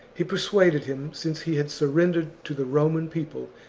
he persuaded him, since he had surrendered to the roman people,